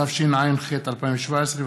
התשע"ח 2017,